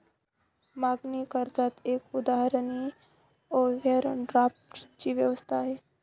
मागणी कर्जाच एक उदाहरण ओव्हरड्राफ्ट ची व्यवस्था आहे